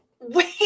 wait